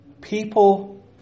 People